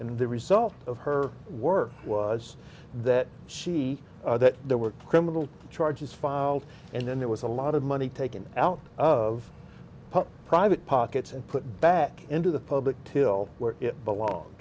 and the result of her work was that she that there were criminal charges filed and then there was a lot of money taken out of private pockets and put back into the public till where it belong